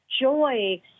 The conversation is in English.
joy